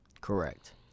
Correct